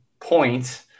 point